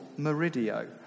Meridio